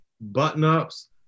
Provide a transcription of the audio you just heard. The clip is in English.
button-ups